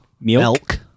milk